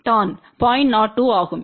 02 ஆகும்